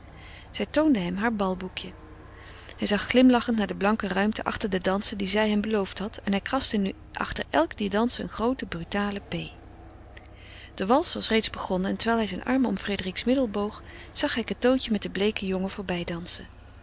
zij toonde hem haar balboekje hij zag glimlachend naar de blanke ruimte achter de dansen die zij hem beloofd had en hij kraste nu achter elk dier dansen een groote brutale p de wals was reeds begonnen en terwijl hij zijn arm om frédérique's middel boog zag hij cateautje met den bleeken jongen